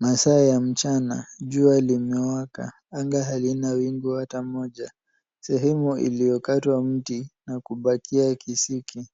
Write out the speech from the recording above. Masaa ya mchana. Jua limewaka. Anga halina wingu hata moja. Sehemu iliyokatwa mti na kubakia kisiki.